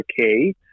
okay